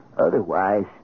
Otherwise